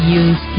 use